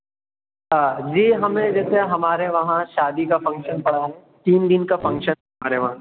آ جی ہمیں جیسے ہمارے وہاں شادی کا فنگشن پڑا تین دِن کا فنگشن ہمارے وہاں